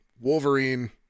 Wolverine